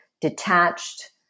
detached